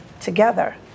together